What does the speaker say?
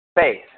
faith